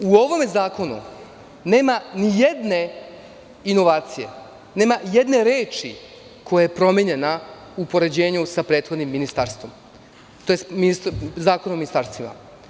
U ovom zakonu nema nijedne inovacije, nema jedne reči koja je promenjena u poređenju sa prethodnim Zakonom o ministarstvima.